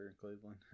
Cleveland